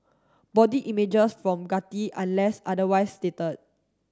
body images from Getty unless otherwise stated